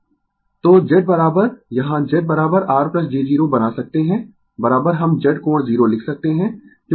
तो Z यहाँ Z R j 0 बना सकते है हम Z कोण 0 लिख सकते है